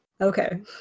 Okay